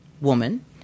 woman